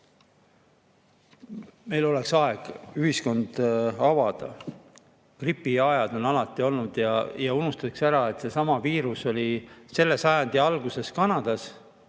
Meil oleks aeg ühiskond avada. Gripiajad on alati olnud. Unustatakse ära, et seesama viirus oli selle sajandi alguses Kanadas,